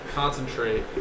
Concentrate